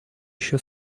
еще